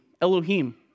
Elohim